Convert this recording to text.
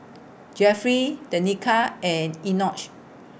Jeffery Tenika and Enoch